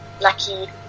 lucky